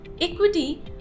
equity